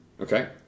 Okay